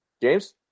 James